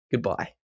goodbye